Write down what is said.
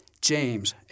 James